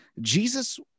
Jesus